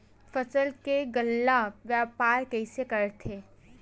फसल के गल्ला व्यापार कइसे करथे?